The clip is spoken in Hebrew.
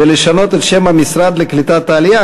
ולשנות את שם המשרד לקליטת העלייה,